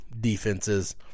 defenses